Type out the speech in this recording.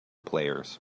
players